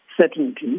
certainty